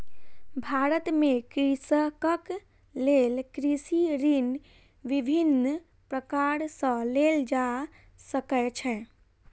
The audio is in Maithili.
भारत में कृषकक लेल कृषि ऋण विभिन्न प्रकार सॅ लेल जा सकै छै